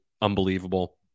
unbelievable